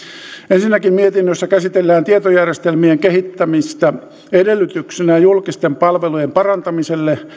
ensinnäkin mietinnössä käsitellään tietojärjestelmien kehittämistä edellytyksenä julkisten palvelujen parantamiselle